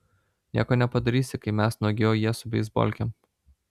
nieko nepadarysi kai mes nuogi o jie su beisbolkėm